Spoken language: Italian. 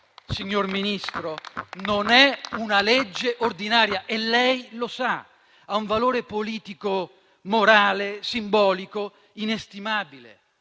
signor Ministro, non è una legge ordinaria e lei lo sa. Ha un valore politico, morale, simbolico inestimabile;